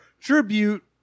tribute